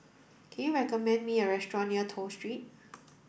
can you recommend me a restaurant near Toh Street